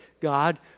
God